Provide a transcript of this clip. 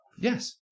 Yes